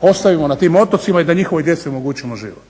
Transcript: ostavimo na tim otocima i da njihovoj djeci omogućimo život.